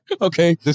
Okay